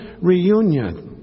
reunion